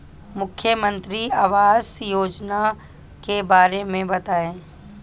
मुख्यमंत्री आवास योजना के बारे में बताए?